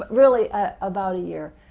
but really ah about a year,